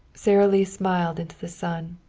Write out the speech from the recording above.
sara lee smiled into the sun.